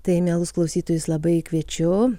tai mielus klausytojus labai kviečiu